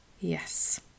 yes